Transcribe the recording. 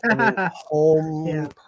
home